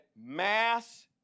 mass